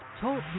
Talk